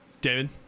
David